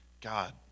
God